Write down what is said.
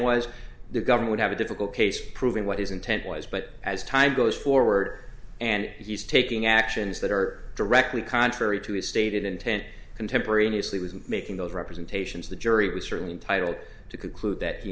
was the governor would have a difficult case proving what his intent was but as time goes forward and he's taking actions that are directly contrary to his stated intent contemporaneously was making those representations the jury was certainly entitled to conclude that he